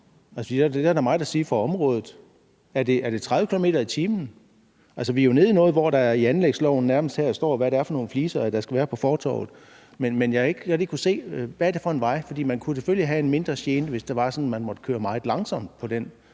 Det har da meget at sige for området. Er det 30 km/t.? Vi er jo nede i noget, hvor der i anlægsloven her nærmest står, hvad det er for nogle fliser, der skal være på fortovet, men jeg har ikke rigtig kunnet se, hvad det er for en vej. Man kunne selvfølgelig have en mindre gene, hvis det var sådan, at man kun måtte køre meget langsomt på den